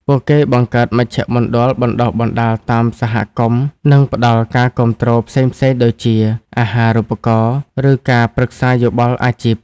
ពួកគេបង្កើតមជ្ឈមណ្ឌលបណ្តុះបណ្តាលតាមសហគមន៍ និងផ្តល់ការគាំទ្រផ្សេងៗដូចជា អាហារូបករណ៍ ឬការប្រឹក្សាយោបល់អាជីព។